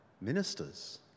ministers